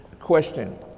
Question